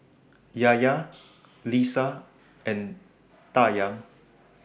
Yahya Lisa and Dayang